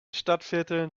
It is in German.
stadtvierteln